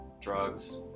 drugs